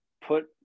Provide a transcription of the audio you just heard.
put